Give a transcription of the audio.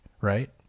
Right